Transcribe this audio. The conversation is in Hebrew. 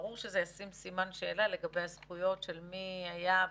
ברור שזה ישים סימן שאלה לגבי הזכויות של מי היה,